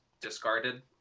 discarded